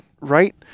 right